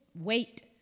wait